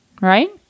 Right